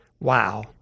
Wow